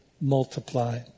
multiply